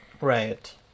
Right